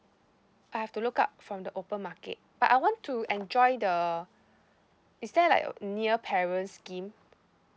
I have to look up from the open market but I want to enjoy the is there like near parents scheme